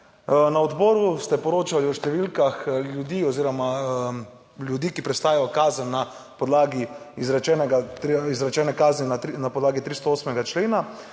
Na odboru ste poročali o številkah ljudi oziroma ljudi, ki prestajajo kazen na podlagi izrečenega,